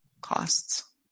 costs